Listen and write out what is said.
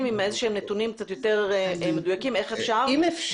עם איזשהם נתונים קצת יותר מדויקים איך אפשר.